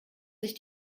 sich